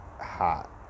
hot